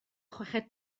chweched